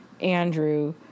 Andrew